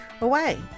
away